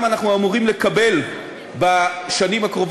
יש עניין של אם אנחנו מביאים עכשיו